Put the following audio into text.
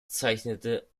zeichnete